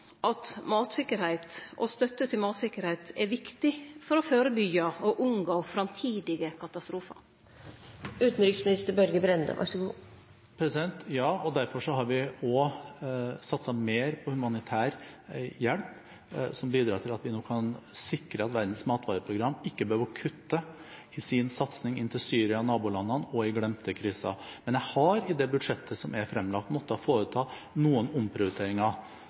at matsikkerheit og støtte til matsikkerheit er viktig for å førebyggje og unngå framtidige katastrofar? Ja, og derfor har vi satset mer på humanitær hjelp, som bidrar til at vi nå kan sikre at Verdens matvareprogram ikke behøver å kutte i sin satsing inn til Syria og nabolandene og på glemte kriser. Men jeg har i det budsjettet som er fremlagt, måttet foreta noen omprioriteringer.